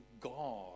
God